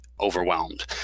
overwhelmed